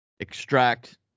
extract